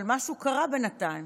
אבל משהו קרה בינתיים.